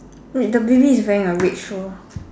wait the baby is wearing a red shoe